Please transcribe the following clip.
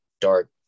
dark